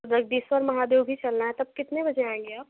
जगदीश्वर महादेव भी चलना है तब कितने बजे आएँगे आप